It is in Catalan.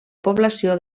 població